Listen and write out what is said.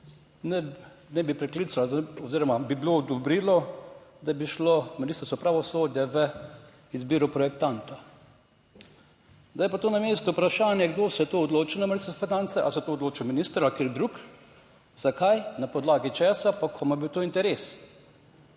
ne bi preklicalo oziroma bi odobrilo, da bi šlo ministrstvo za pravosodje v izbiro projektanta. Da je pa to na mestu vprašanje kdo se je to odločil na Ministrstvu za finance, ali se je to odločil minister ali kateri drug, Zakaj, na podlagi česa pa, komu je bil to interes?